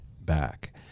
back